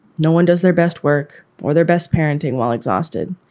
no one does their best work or their best parenting while exhausted.